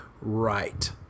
right